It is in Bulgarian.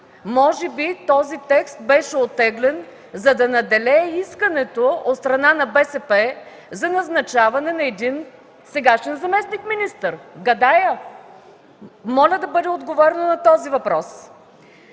Може би текстът беше оттеглен, за да надделее искането от страна на БСП за назначаването на един сегашен заместник министър – гадая и моля да бъде отговорено на въпроса.